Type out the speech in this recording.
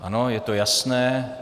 Ano, je to jasné.